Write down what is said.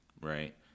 Right